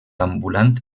ambulant